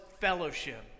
fellowship